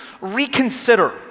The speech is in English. reconsider